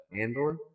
Andor